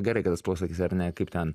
gerai kad tas posakis ar ne kaip ten